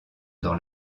dans